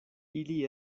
ili